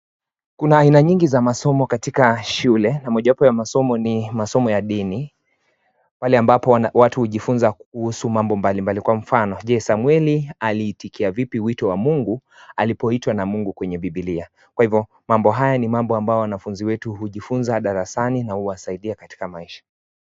Kuna aina nyingi ya masomo katika shule na mojawapo ya masomo ni masomo ya dini, pale ambapo watu hujifunza kuhusu mambo mbalimbali. Kwa mfano, je Samueli aliitikia vipi mwito wa Mungu alipoiitwa na Mungu kwenye Bibilia? Kwa hivyo mambo haya ni mambo ambayo wanafunzi wetu hujifunza darasani na huwasaidia katika maisha.